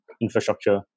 infrastructure